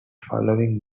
following